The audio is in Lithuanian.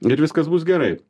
ir viskas bus gerai